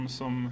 som